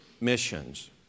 missions